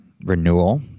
renewal